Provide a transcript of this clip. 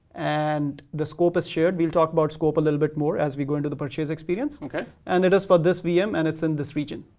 and the scope is shared. we'll talk about scope a little bit more as we go into the purchase experience. okay. and it is for this vm, and it's in this region,